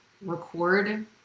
record